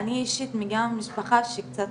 אני אישית מגיעה ממשפחה שקצת